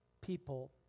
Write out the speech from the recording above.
people